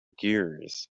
gears